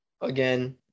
Again